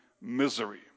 misery